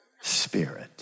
Spirit